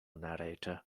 narrator